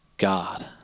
God